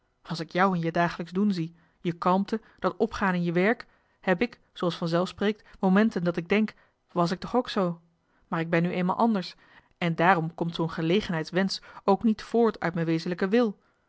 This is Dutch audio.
als ik jou in je dagelijksch doen zie je kalmte dat opgaan in je werk heb ik zooals vanzelf spreekt momenten dat ik denk wàs ik toch ook zoo maar ik ben nu eenmaal anders en daarom komt zoo'n gelegenheidswensch ook niet voort uit me wezenlijke wil